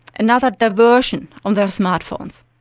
another diversion on their smart phones?